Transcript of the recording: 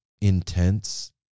intense